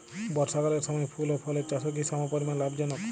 বর্ষাকালের সময় ফুল ও ফলের চাষও কি সমপরিমাণ লাভজনক?